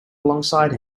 alongside